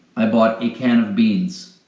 i bought a can of beans.